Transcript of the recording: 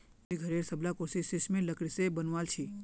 मुई घरेर सबला कुर्सी सिशमेर लकड़ी से ही बनवाल छि